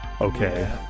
Okay